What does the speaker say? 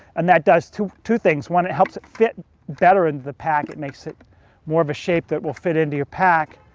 and that does two two things. one, it helps it fit better into the pack. it makes it more of a shape that will fit into your pack.